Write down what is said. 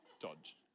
Dodge